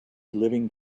living